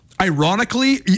Ironically